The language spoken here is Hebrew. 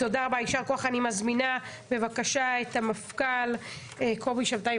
אני מזמינה בבקשה את המפכ"ל קובי שבתאי.